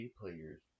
players